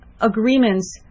agreements